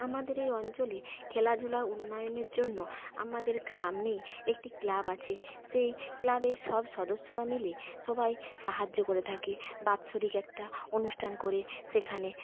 আমাদের এই অঞ্চলে খেলাধুলার উন্নয়নের জন্য আমাদের সামনেই একটি ক্লাব আছে সেই ক্লাবের সব সদস্যরা মিলে সবাই সাহায্য করে থাকে বাৎসরিক একটা অনুষ্ঠান করে সেখানে